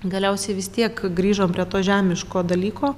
galiausiai vis tiek grįžom prie to žemiško dalyko